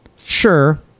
Sure